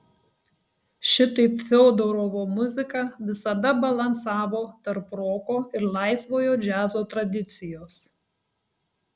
šitaip fiodorovo muzika visada balansavo tarp roko ir laisvojo džiazo tradicijos